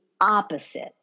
opposite